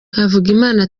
havugimana